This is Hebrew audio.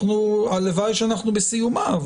הלוואי שאנחנו בסיומה.